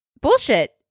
Bullshit